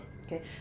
Okay